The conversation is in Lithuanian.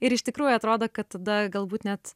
ir iš tikrųjų atrodo kad tada galbūt net